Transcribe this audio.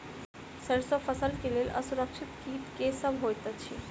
सैरसो फसल केँ लेल असुरक्षित कीट केँ सब होइत अछि?